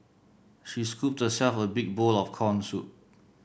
she scooped herself a big bowl of corn soup